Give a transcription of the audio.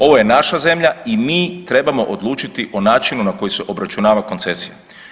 Ovo je naša zemlja i mi trebamo odlučiti o načinu na koji se obračunava koncesija.